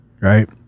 Right